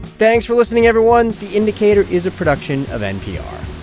thanks for listening, everyone. the indicator is a production of npr